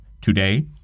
today